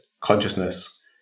consciousness